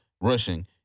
rushing